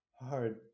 hard